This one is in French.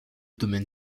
domaine